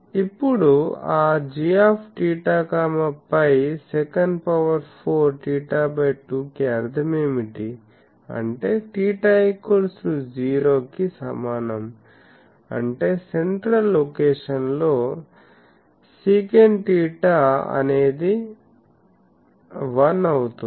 ఇప్పుడు ఆ gθ φ sec4 θ 2 కి అర్థం ఏమిటి అంటే θ 0 కి సమానం అంటే సెంట్రల్ లొకేషన్ లో secθ అనేది 1 అవుతుంది